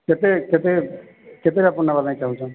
କେତେ କେତେ କେତେ ନେବା ପାଇଁ ଚାହୁଁଛନ୍ତି